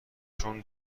چون